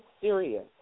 serious